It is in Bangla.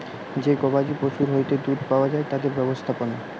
যে গবাদি পশুর হইতে দুধ পাওয়া যায় তাদের ব্যবস্থাপনা